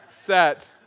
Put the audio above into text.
set